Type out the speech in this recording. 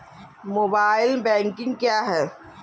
Mobile banking क्या है?